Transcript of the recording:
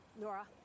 Nora